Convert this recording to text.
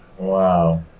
Wow